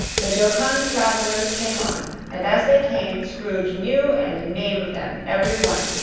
the jocund travellers came on and as they came, scrooge knew and named them every one.